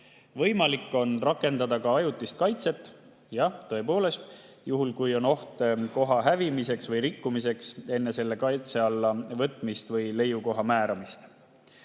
Võimalik on rakendada ka ajutist kaitset, jah, tõepoolest, juhul kui on koha hävimise või rikkumise oht enne selle kaitse alla võtmist või leiukoha määramist.